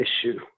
issue